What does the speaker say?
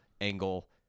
angle